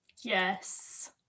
Yes